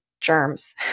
germs